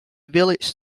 village